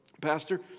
Pastor